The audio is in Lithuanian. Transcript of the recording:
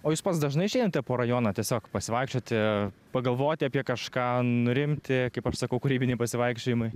o jūs pats dažnai išeinate po rajoną tiesiog pasivaikščioti pagalvoti apie kažką nurimti kaip aš sakau kūrybiniai pasivaikščiojimai